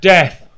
Death